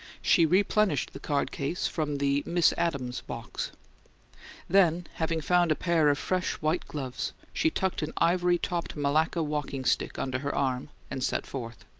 she replenished the card-case from the miss adams box then, having found a pair of fresh white gloves, she tucked an ivory-topped malacca walking-stick under her arm and set forth.